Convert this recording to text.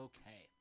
Okay